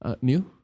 New